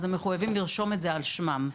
הם מחויבים לרשום אותו על שמם.